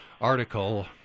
article